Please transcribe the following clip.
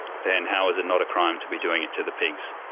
then how is it not a crime to be doing it to the pigs?